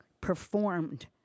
performed